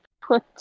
put